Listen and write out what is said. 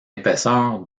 épaisseur